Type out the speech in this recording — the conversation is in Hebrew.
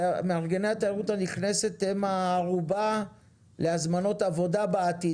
מארגני התיירות הנכנסת הם הערובה להזמנות עבודה בעתיד